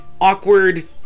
awkward